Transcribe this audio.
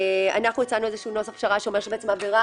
אנחנו הצענו נוסח פשרה שאומר שבעצם עבירה